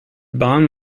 bahn